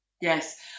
yes